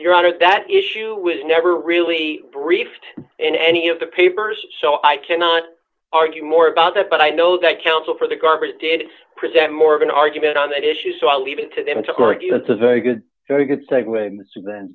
your honor that issue was never really briefed in any of the papers so i cannot argue more about that but i know that counsel for the government did present more of an argument on that issue so i'll leave it to them to argue it's a very good very good segue